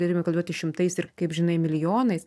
turime kalbėti šimtais ir kaip žinai milijonais